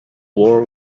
war